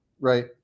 Right